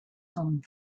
home